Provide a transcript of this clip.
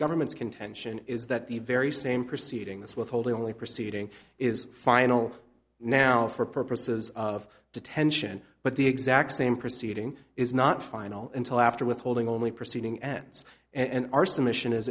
government's contention is that the very same proceeding this withholding only proceeding is final now for purposes of detention but the exact same proceeding is not final until after withholding only proceeding ends and our